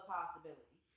possibility